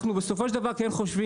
אנחנו בסופו של דבר כן חושבים,